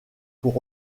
pour